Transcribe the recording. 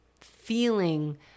feeling